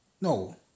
No